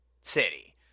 city